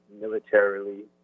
militarily